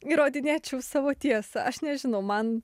įrodynėčiau savo tiesą aš nežinau man